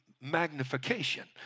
magnification